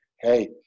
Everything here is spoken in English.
hey